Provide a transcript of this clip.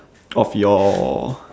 of your